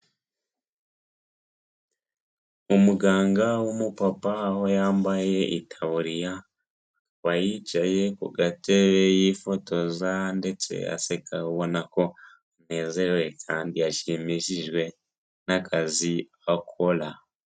Umuganga w'umu papa aho yambaye itaburiya wayicaye ku gatebe yifotoza ndetse aseka ubona ko anezerewe kandi yashimishijwe n'akazi akora.